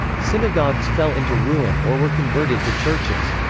synagogues fell into ruin or were converted to churches.